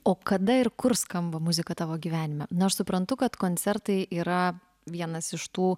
o kada ir kur skamba muzika tavo gyvenime na aš suprantu kad koncertai yra vienas iš tų